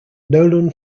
nolan